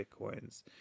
bitcoins